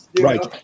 Right